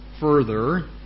further